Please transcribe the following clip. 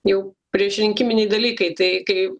jau priešrinkiminiai dalykai tai kaip